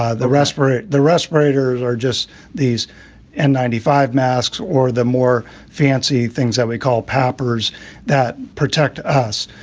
ah the respirator, the respirators are just these n ninety five masks or the more fancy things that we call pampers that protect us.